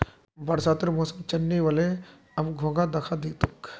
बरसातेर मौसम चनइ व ले, अब घोंघा दखा दी तोक